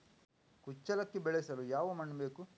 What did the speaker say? ಕುಚ್ಚಲಕ್ಕಿ ಬೆಳೆಸಲು ಯಾವ ಮಣ್ಣು ಬೇಕು?